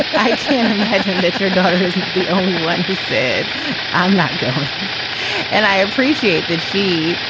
i can't imagine that your daughter is the only one who said i'm not going and i appreciate that she.